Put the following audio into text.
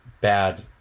bad